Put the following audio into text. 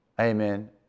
Amen